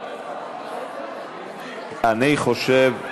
אני חושב,